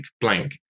blank